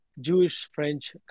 Jewish-French